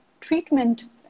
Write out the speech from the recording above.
treatment